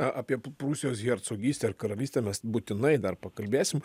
apie p prūsijos hercogystę ir karalystę mes būtinai dar pakalbėsim